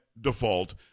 default